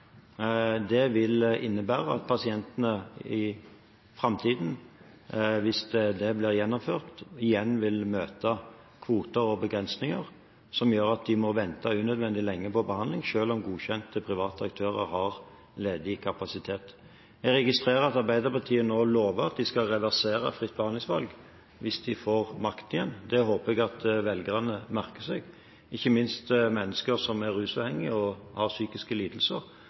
Det vil innebære at pasientene i framtiden – hvis det blir gjennomført – igjen vil møte kvoter og begrensninger, som gjør at de må vente unødvendig lenge på behandling, selv om godkjente private aktører har ledig kapasitet. Jeg registrerer at Arbeiderpartiet nå lover at de skal reversere fritt behandlingsvalg hvis de får makten igjen. Det håper jeg at velgerne merker seg, ikke minst mennesker som er rusavhengige eller har psykiske lidelser,